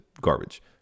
garbage